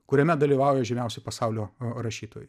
kuriame dalyvauja žymiausi pasaulio rašytojai